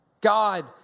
God